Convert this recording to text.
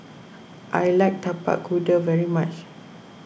I like Tapak Kuda very much